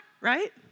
right